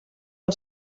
els